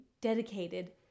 dedicated